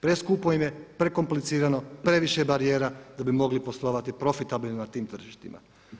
Preskupo im je, prekomplicirano, previše je barijera da bi mogli poslovati profitabilno na tim tržištima.